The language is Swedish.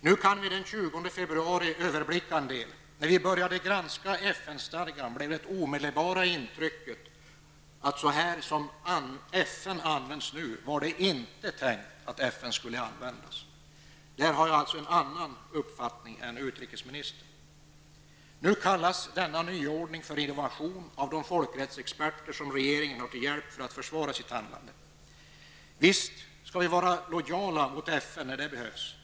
Nu, den 20 februari, kan vi överblicka en del. När vi började granska FN-stadgan blev det omedelbara intrycket att så här som FN används nu var det inte tänkt att FN skulle användas. Där har jag en annan uppfattning än utrikesministern. Nu kallas denna nyordning för innovation av de folkrättsexperter som regeringarna har till hjälp för att försvara sitt handlande. Visst skall vi vara lojala mot FN när det behövs.